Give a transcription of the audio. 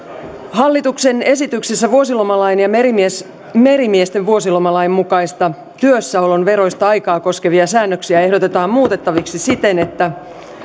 hallituksen esityksessä vuosilomalain ja merimiesten merimiesten vuosilomalain mukaista työssäolon veroista aikaa koskevia säännöksiä ehdotetaan muutettaviksi siten että